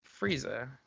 Frieza